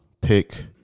pick